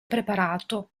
preparato